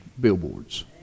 billboards